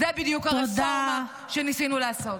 זו בדיוק הרפורמה שניסינו לעשות.